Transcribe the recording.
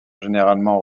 généralement